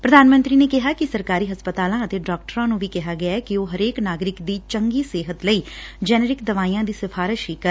ਪ੍ਰਧਾਨ ਮੰਤਰੀ ਨੇ ਕਿਹਾ ਕਿ ਸਰਕਾਰੀ ਹਸਪਤਾਲਾਂ ਅਤੇ ਡਾਕਟਰਾਂ ਨੂੰ ਵੀ ਕਿਹਾ ਗਿਐ ਕਿ ਉਹ ਹਰੇਕ ਨਾਗਰਿਕ ਦੀ ਚੰਗੀ ਸਿਹਤ ਲਈ ਜੈਨਰਿਕ ਦਵਾਈਆਂ ਦੀ ਸਿਫਾਰਿਸ਼ ਹੀ ਕਰਨ